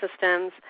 systems